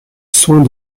soins